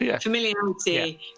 familiarity